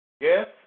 Yes